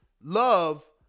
love